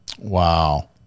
Wow